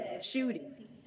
shootings